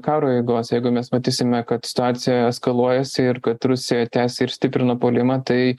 karo eigos jeigu mes matysime kad situacija eskaluojasi ir kad rusija tęsia ir stiprina puolimą tai